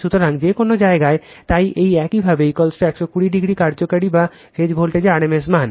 সুতরাং যে কোন জায়গায় তাই এই একইভাবে 120 ডিগ্রি কার্যকরী বা ফেজ ভোল্টেজের rms মান